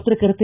ಪತ್ರಕರ್ತೆ